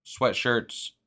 sweatshirts